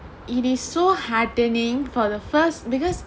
it is so heartening for the first because